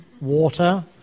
water